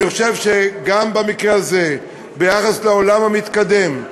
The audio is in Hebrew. אני חושב שגם במקרה הזה, ביחס לעולם המתקדם,